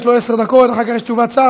יש לו עשר דקות, אחר כך יש תשובת השר.